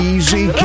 Easy